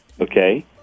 Okay